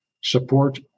support